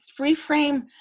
reframe